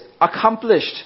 accomplished